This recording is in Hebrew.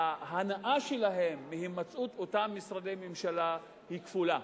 ההנאה שלהן מהימצאות אותם משרדי ממשלה היא כפולה: